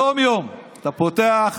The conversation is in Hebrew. יום-יום אתה פותח,